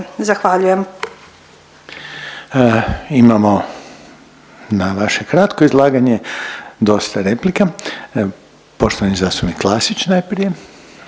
Zahvaljujem.